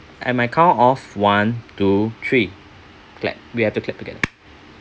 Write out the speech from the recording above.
at my count of one two three clap we have to clap together